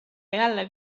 jälle